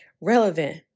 Relevant